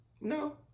No